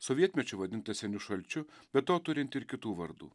sovietmečiu vadinta seniu šalčiu be to turintį ir kitų vardų